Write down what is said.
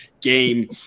game